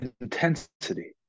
intensity